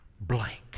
blank